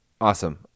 Awesome